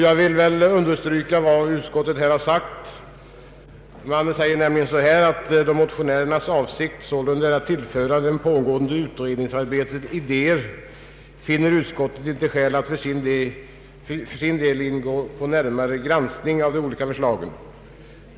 Jag vill understryka vad utskottet här har skrivit: ”Då motionärernas avsikt sålunda är att tillföra ett pågående utredningsarbete idéer finner utskottet inte skäl att för sin del ingå på en närmare granskning av de olika förslagen.